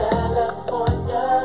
California